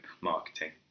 marketing